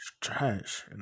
trash